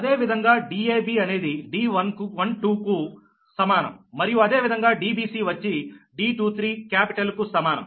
అదేవిధంగా Dab అనేది D12 కు సమానం మరియు అదే విధంగా Dbc వచ్చి D23 క్యాపిటల్ కు సమానం